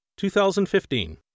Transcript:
2015